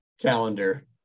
calendar